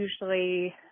usually